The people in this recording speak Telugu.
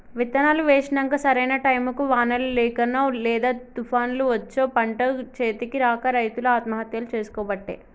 విత్తనాలు వేశినంక సరైన టైముకు వానలు లేకనో లేదా తుపాన్లు వచ్చో పంట చేతికి రాక రైతులు ఆత్మహత్యలు చేసికోబట్టే